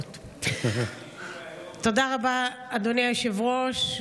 רבה, אדוני היושב-ראש.